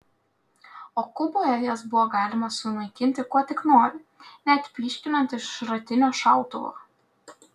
o kuboje jas buvo galima sunaikinti kuo tik nori net pyškinant iš šratinio šautuvo